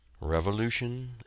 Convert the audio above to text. revolution